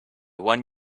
one